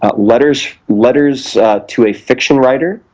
ah letters letters to a fiction writer,